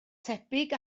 tebyg